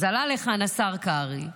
אז עלה לכאן השר קרעי,